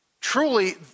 Truly